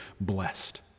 blessed